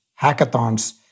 hackathons